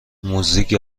موزیک